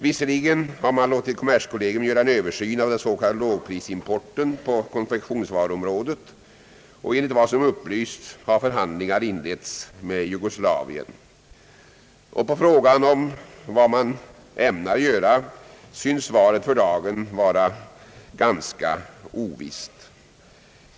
Visserligen har man låtit kommerskollegium göra en översyn av den s.k. lågprisimporten på konfektionsvaruområdet, och enligt vad som upplysts har förhandlingar inletts med Jugoslavien. På frågan om vad man ämnar göra synes svaret för dagen vara ganska ovisst.